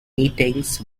meetings